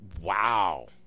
wow